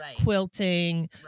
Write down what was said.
quilting